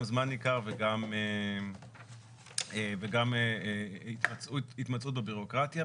גם זמן ניכר וגם התמצאות בבירוקרטיה,